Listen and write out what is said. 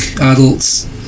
adults